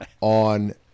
on